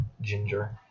ginger